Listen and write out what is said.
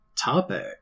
topic